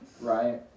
right